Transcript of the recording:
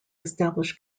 establish